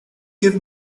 give